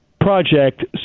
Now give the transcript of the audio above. project